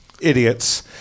idiots